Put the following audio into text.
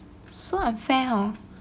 so unfair hor